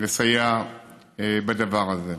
לסייע בדבר הזה.